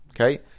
okay